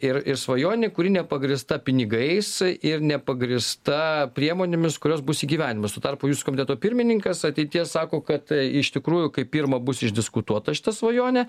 ir ir svajonė kuri nepagrįsta pinigais ir nepagrįsta priemonėmis kurios bus įgyvendinamos tuo tarpu jūsų komiteto pirmininkas ateities sako kad iš tikrųjų kaip pirma bus išdiskutuota šita svajonė